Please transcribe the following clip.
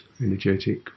energetic